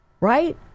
Right